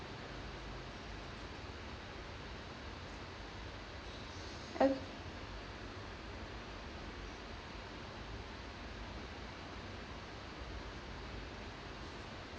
o~